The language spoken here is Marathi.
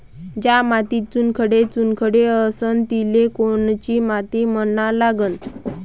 ज्या मातीत चुनखडे चुनखडे असन तिले कोनची माती म्हना लागन?